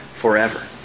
forever